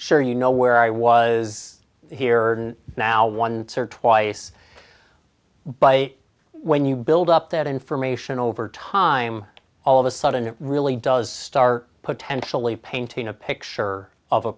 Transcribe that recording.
sure you know where i was here and now once or twice but when you build up that information over time all of a sudden it really does star potentially painting a picture of a